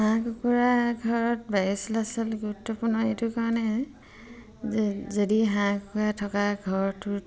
হাঁহ কুকুৰা ঘৰত বায়ু চলাচল গুৰুত্বপূৰ্ণ এইটো কাৰণে যদি হাঁহ কুকুৰা থকা ঘৰটোত